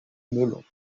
melon